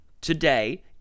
today